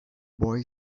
boy